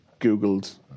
googled